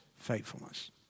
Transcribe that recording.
faithfulness